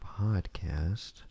Podcast